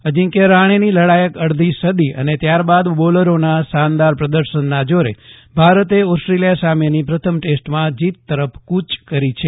અજિંક્ય રહાણેની લડાયક અડધી સદી અને ત્યાર બાદ બોલરોના શાનદાર પ્રદર્શનના જોરે ભારતે ઓસ્ટ્રેલિયા સામેની પ્રથમ ટેસ્ટમાં જીત તરફ કૂચ કરી છે